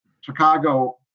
Chicago